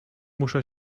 muszę